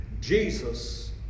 Jesus